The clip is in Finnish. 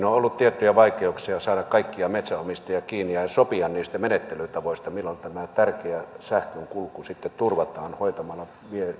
on on ollut tiettyjä vaikeuksia saada kaikkia metsänomistajia kiinni ja ja sopia niistä menettelytavoista milloin tämä tärkeä sähkön kulku sitten turvataan hoitamalla